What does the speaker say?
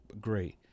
great